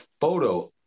photo